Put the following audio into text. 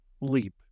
leap